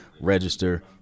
register